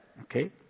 Okay